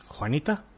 Juanita